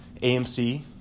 amc